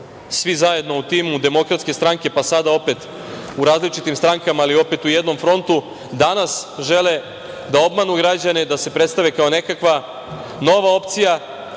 svi zajedno u timu DS, pa sada opet u različitim strankama, ali opet u jednom frontu danas žele da obmanu građane da se predstave kao nekakva nova opcija,